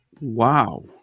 Wow